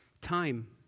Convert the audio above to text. Time